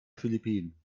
philippinen